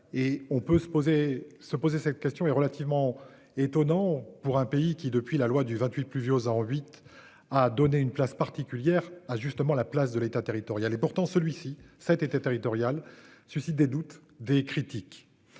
se poser. Se poser cette question est relativement étonnant pour un pays qui, depuis la loi du 28 pluvieux en huit a donné une place particulière à justement la place de l'État, territoriale et pourtant celui-ci cet été territoriale suscite des doutes des critiques.